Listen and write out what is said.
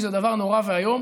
זה דבר נורא ואיום,